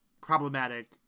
problematic